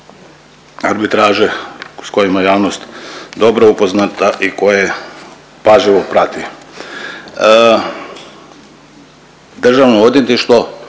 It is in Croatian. arbitraže s kojima je javnost dobro upoznata i koje pažljivo prati. Državno odvjetništvo